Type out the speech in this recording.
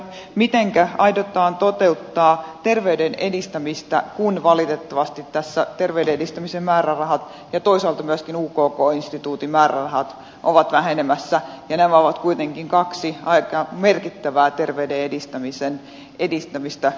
mitenkä aiotaan toteuttaa terveyden edistämistä kun valitettavasti tässä terveyden edistämisen määrärahat ja toisaalta myöskin ukk instituutin määrärahat ovat vähenemässä ja nämä ovat kuitenkin kaksi aika merkittävää terveyden edistämistä eteenpäin vienyttä tahoa